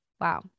wow